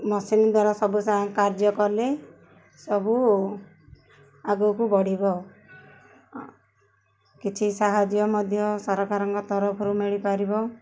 machine ଦ୍ୱାରା ସବୁ କାର୍ଯ୍ୟ କଲେ ସବୁ ଆଗକୁ ବଢ଼ିବ କିଛି ସାହାଯ୍ୟ ମଧ୍ୟ ସରକାରଙ୍କ ତରଫରୁ ମିଳିପାରିବ